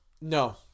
No